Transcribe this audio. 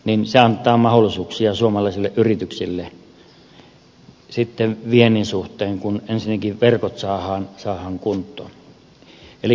niin se on tämä kehittäminen antaa mahdollisuuksia suomalaisille yrityksille viennin suhteen kun ensinnäkin verkot saadaan kuntoon